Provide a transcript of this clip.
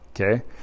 Okay